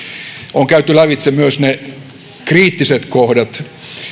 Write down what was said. on käyty lävitse myös ne kriittiset kohdat